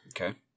Okay